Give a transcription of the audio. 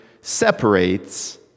separates